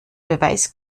beweis